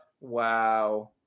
Wow